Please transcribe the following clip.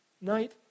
night